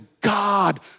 God